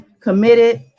committed